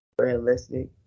realistic